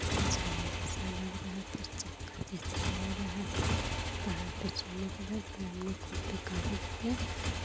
झांय जैसा लग रहा था चक्कर जैसा लग रहा था पहाड़ पे चढ़ने के बाद पर हमलोग खुद पे काबू किया